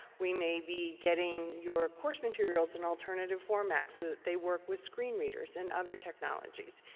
we may be getting your course materials in alternative formats so that they work with screen readers and other technologies.